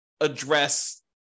address